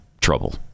trouble